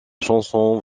chanson